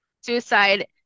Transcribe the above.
suicide